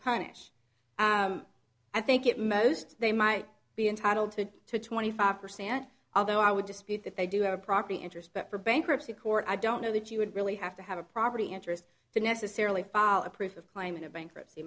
punish i think it most they might be entitled to twenty five percent although i would dispute that they do have a property interest but for bankruptcy court i don't know that you would really have to have a property interest to necessarily follow a proof of claiming a bankruptcy